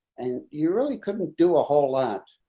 and you really couldn't do a whole lot.